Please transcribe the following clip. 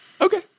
Okay